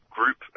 Group